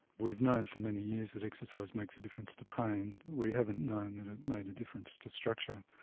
we've known for many years that exercise makes a difference to pain. we haven't known that it made a difference to structure.